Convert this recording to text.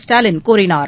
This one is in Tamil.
ஸ்டாலின் கூறினார்